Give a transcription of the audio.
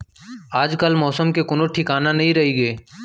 आजकाल मौसम के कोनों ठिकाना नइ रइगे